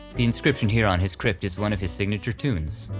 the inscription here on his crypt is one of his signature tunes,